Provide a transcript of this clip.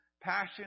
passion